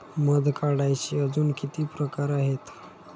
मध काढायचे अजून किती प्रकार आहेत?